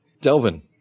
Delvin